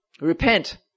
Repent